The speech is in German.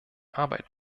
arbeit